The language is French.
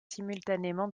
simultanément